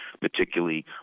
particularly